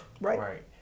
Right